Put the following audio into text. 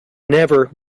never